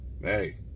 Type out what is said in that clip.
Hey